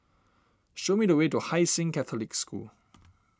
show me the way to Hai Sing Catholic School